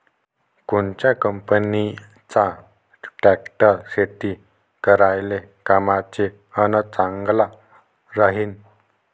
कोनच्या कंपनीचा ट्रॅक्टर शेती करायले कामाचे अन चांगला राहीनं?